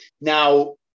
Now